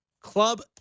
Club